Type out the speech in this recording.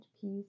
peace